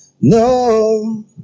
No